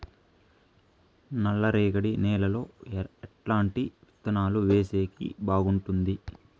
నల్లరేగడి నేలలో ఎట్లాంటి విత్తనాలు వేసేకి బాగుంటుంది?